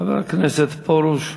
חבר הכנסת פרוש,